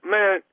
Man